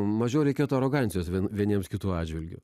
mažiau reikėtų arogancijos vieniems kitų atžvilgiu